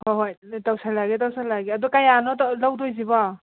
ꯍꯣꯏ ꯍꯣꯏ ꯇꯧꯁꯜꯂꯛꯑꯒꯦ ꯇꯧꯁꯜꯂꯛꯑꯒꯦ ꯑꯗꯣ ꯀꯌꯥꯅꯣ ꯂꯧꯗꯣꯏꯁꯤꯕꯣ